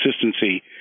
consistency